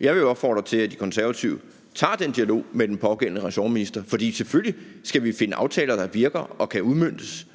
Jeg vil jo opfordre til, at De Konservative tager den dialog med den pågældende ressortminister, for selvfølgelig skal vi finde aftaler, der virker og kan udmøntes.